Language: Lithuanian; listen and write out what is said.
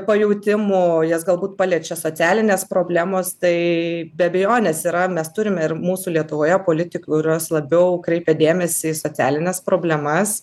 pajautimu jas galbūt paliečia socialinės problemos tai be abejonės yra mes turime ir mūsų lietuvoje politikių kurios labiau kreipia dėmesį į socialines problemas